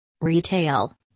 Retail